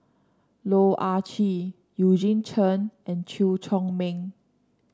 Loh Ah Chee Eugene Chen and Chew Chor Meng